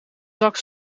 zak